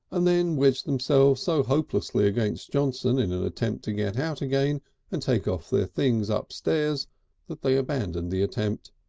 and then wedged themselves so hopelessly against johnson in an attempt to get out again and take off their things upstairs that they abandoned the attempt.